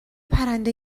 پرنده